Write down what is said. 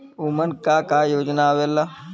उमन का का योजना आवेला?